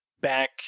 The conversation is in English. Back